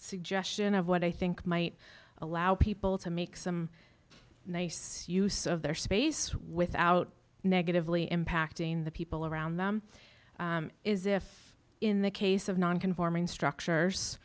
suggestion of what i think might allow people to make some nice use of their space without negatively impacting the people around them is if in the case of non conforming structures